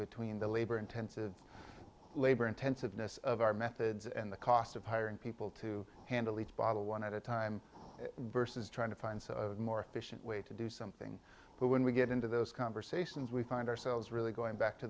between the labor intensive labor intensive ness of our methods and the cost of hiring people to handle each bottle one at a time burst is trying to find a more efficient way to do something but when we get into those conversations we find ourselves really going back to